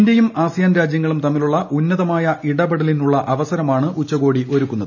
ഇന്ത്യയും ആസിയാൻ രാജ്യങ്ങളും തമ്മിലുള്ള ഉന്നതമായ ഇടപെടലിനുള്ള അവീസരമാണ് ഉച്ചകോടി ഒരുക്കുന്നത്